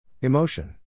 Emotion